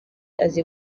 azi